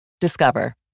Discover